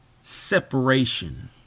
separation